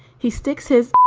he sticks his